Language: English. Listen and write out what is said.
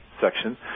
section